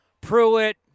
Pruitt